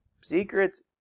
Secrets